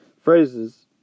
phrases